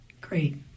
great